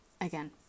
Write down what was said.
Again